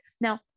Now